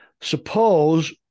Suppose